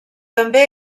també